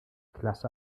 klasse